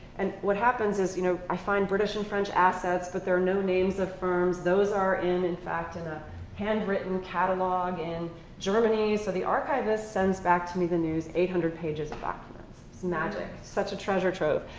and what happens is, you know, i find british and french assets but there are no names of firms. those are in in fact in a handwritten catalog in germany. so the archivist sends back to me the news eight hundred pages of documents. it's magic. such treasure trove.